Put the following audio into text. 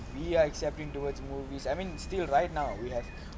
we are accepting towards movies I mean still right now we have